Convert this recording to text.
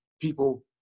people